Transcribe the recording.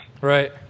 right